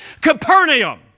Capernaum